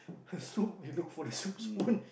the soup you look for the soup spoon